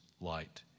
light